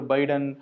Biden